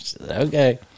okay